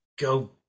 go